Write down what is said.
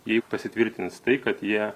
jei pasitvirtins tai kad jie